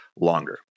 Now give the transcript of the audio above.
longer